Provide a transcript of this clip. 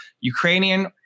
Ukrainian